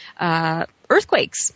earthquakes